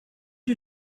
you